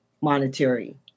monetary